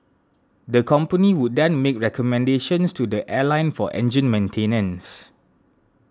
the company would then make recommendations to the airline for engine maintenance